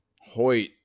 Hoyt